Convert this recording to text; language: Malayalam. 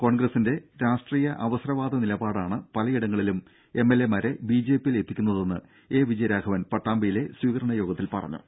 കോൺഗ്രസിന്റെ രാഷ്ട്രീയ അവസരവാദ നിലപാടാണ് പലയിടങ്ങളിലും എം എൽ എമാരെ ബി ജെ പിയിൽ എത്തിക്കുന്നതെന്ന് എ വിജയരാഘവൻ പട്ടാമ്പിയിലെ സ്വീകരണ യോഗത്തിൽ പറഞ്ഞു